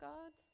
God